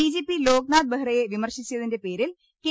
DGP Loknath ബെഹ്റയെ വിമർശിച്ചതിന്റെ പേരിൽ കെ